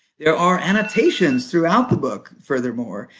there are annotations throughout the book, furthermore,